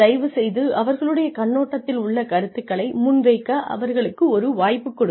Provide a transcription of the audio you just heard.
தயவுசெய்து அவர்களுடைய கண்ணோட்டத்தில் உள்ளக் கருத்துகளை முன்வைக்க அவர்களுக்கு ஒரு வாய்ப்பு கொடுங்கள்